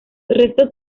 restos